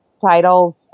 titles